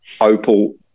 opal